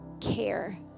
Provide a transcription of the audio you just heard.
care